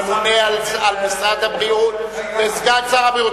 הממונה על משרד הבריאות וסגן שר הבריאות,